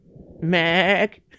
Mac